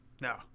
no